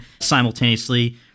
simultaneously